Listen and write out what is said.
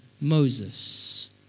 Moses